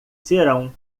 serão